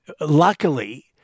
luckily